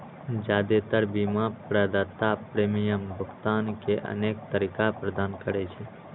जादेतर बीमा प्रदाता प्रीमियम भुगतान के अनेक तरीका प्रदान करै छै